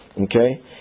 Okay